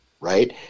right